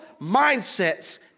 mindsets